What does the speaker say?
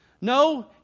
No